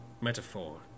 metaphor